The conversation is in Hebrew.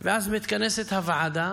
אז מתכנסת הוועדה,